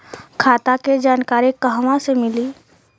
खाता के जानकारी कहवा से मिली?